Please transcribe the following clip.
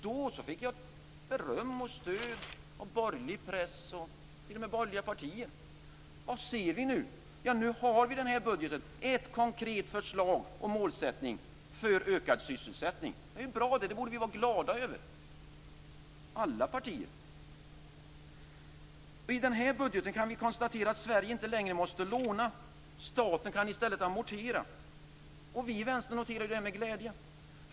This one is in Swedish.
Då fick jag beröm och stöd av borgerlig press och t.o.m. borgerliga partier. Och vad ser vi nu? Nu har vi i den här budgeten ett konkret förslag om målsättning för ökad sysselsättning. Det är bra. Det borde vi vara glada för i alla partier. I den här budgeten kan vi konstatera att Sverige inte längre måste låna. Staten kan i stället amortera. Vi i Vänstern noterar det med glädje.